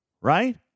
right